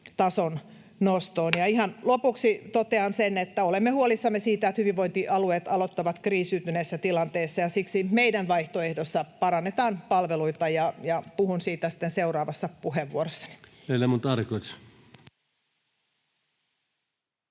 koputtaa] Ihan lopuksi totean, että olemme huolissamme siitä, että hyvinvointialueet aloittavat kriisiytyneessä tilanteessa, ja siksi meidän vaihtoehdossamme parannetaan palveluita. — Puhun siitä sitten seuraavassa puheenvuorossani.